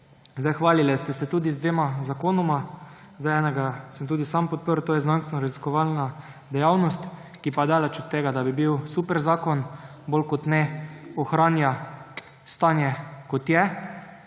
Hvalili ste se tudi z dvema zakonoma. Enega sem tudi sam podprl, to je znanstveno-raziskovalna dejavnost, ki je pa daleč od tega, da bi bil super zakon. Bolj kot ne ohranja stanje, kot je.